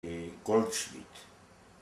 קולקשמיט